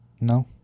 no